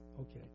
Okay